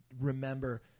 remember